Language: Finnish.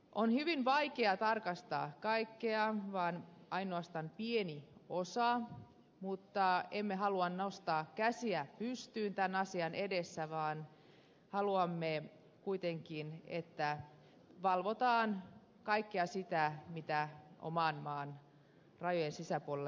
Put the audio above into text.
on hyvin vaikea tarkastaa kaikkea vaan ainoastaan pientä osaa mutta emme halua nostaa käsiä pystyyn tämän asian edessä vaan haluamme kuitenkin että valvotaan kaikkea sitä mitä oman maan rajojen sisäpuolella tuotetaan